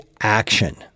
action